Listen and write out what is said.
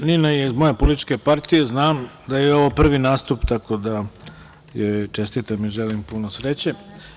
Pošto je Nina iz moje političke partije, znam da joj je ovo prvi nastup, tako da joj čestitam i želim puno sreće.